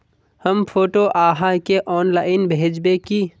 हम फोटो आहाँ के ऑनलाइन भेजबे की?